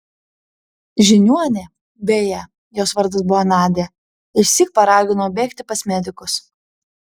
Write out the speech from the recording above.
žiniuonė beje jos vardas buvo nadia išsyk paragino bėgti pas medikus